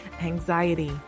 anxiety